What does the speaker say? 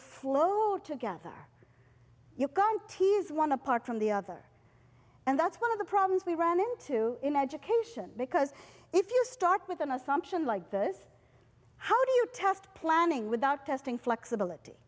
flow together you can tease one apart from the other and that's one of the problems we ran into in education because if you start with an assumption like this how do you test planning without testing flexibility